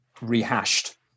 rehashed